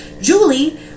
Julie